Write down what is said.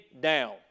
down